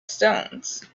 stones